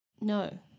No